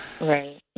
Right